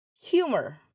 humor